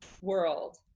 world